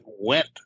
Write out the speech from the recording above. went